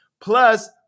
Plus